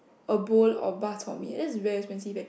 a bowl of bak-chor-mee that's very expensive actually